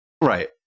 right